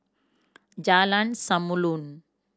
Jalan Samulun